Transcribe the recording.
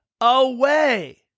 away